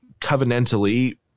covenantally